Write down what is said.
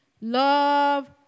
love